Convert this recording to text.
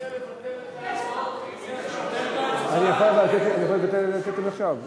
מציע לבטל את ההצבעות, אני יכול לבטל עכשיו?